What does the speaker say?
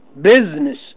business